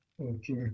okay